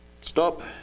Stop